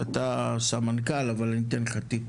אתה סמנכ"ל אבל אני אתן לך טיפ.